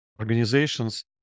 Organizations